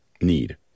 need